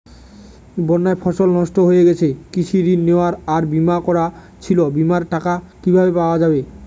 বন্যায় ফসল নষ্ট হয়ে গেছে কৃষি ঋণ নেওয়া আর বিমা করা ছিল বিমার টাকা কিভাবে পাওয়া যাবে?